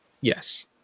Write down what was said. Yes